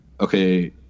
okay